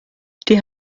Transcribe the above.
die